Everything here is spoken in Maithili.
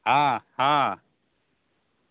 हँ हँ